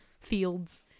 fields